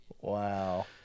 Wow